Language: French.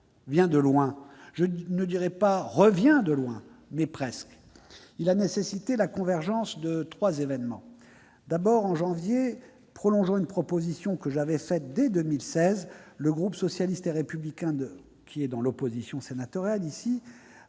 vient de loin- je ne dirai pas « revient de loin » mais presque ... Il a nécessité la convergence de trois événements. Premièrement, en janvier dernier, prolongeant une proposition que j'avais faite dès 2016, le groupe socialiste et républicain, qui est dans l'opposition sénatoriale et